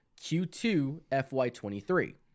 Q2-FY23